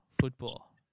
football